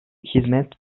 hizmet